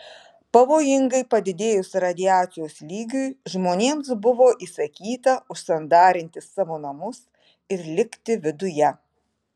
pavojingai padidėjus radiacijos lygiui žmonėms buvo įsakyta užsandarinti savo namus ir likti viduje